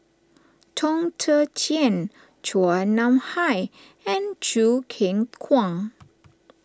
Chong Tze Chien Chua Nam Hai and Choo Keng Kwang